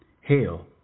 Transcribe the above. Hail